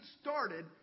started